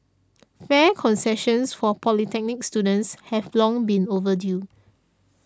fare concessions for polytechnic students have long been overdue